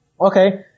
okay